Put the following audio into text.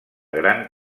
gran